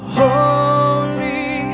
holy